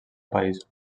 països